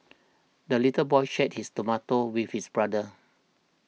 the little boy shared his tomato with his brother